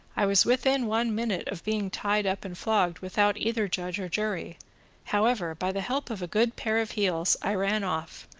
i was within one minute of being tied up and flogged without either judge or jury however, by the help of a good pair of heels, i ran off,